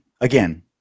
again